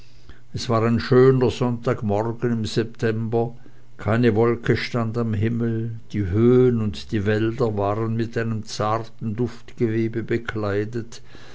es war ein schöner sonntagmorgen im september keine wolke stand am himmel die höhen und die wälder waren mit einem zarten duftgewebe bekleidet